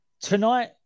Tonight